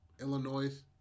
Illinois